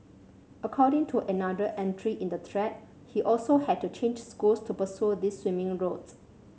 according to another entry in the thread he also had to change schools to pursue this swimming routes